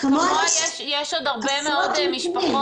כמוה יש עוד הרבה משפחות